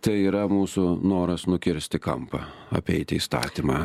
tai yra mūsų noras nukirsti kampą apeiti įstatymą